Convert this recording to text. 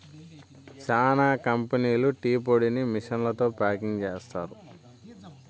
చానా కంపెనీలు టీ పొడిని మిషన్లతో ప్యాకింగ్ చేస్తారు